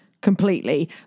completely